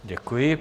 Děkuji.